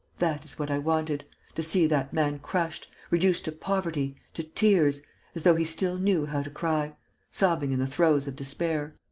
that is what i wanted to see that man crushed, reduced to poverty, to tears as though he still knew how to cry sobbing in the throes of despair.